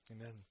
Amen